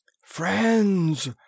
Friends